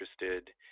interested